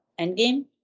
Endgame